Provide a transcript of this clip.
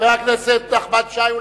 חבר הכנסת נחמן שי,